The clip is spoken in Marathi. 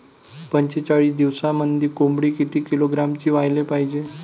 पंचेचाळीस दिवसामंदी कोंबडी किती किलोग्रॅमची व्हायले पाहीजे?